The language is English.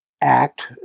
act